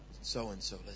so-and-so